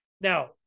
Now